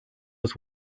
was